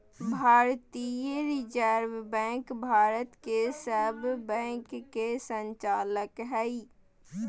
भारतीय reserve bank Bharat के सब बैंक के संचालक हइ